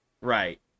Right